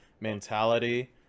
mentality